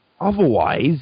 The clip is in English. Otherwise